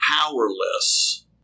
powerless